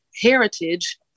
heritage